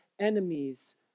enemies